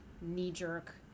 knee-jerk